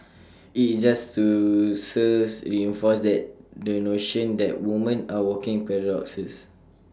IT just to serves reinforce the the notion that women are walking paradoxes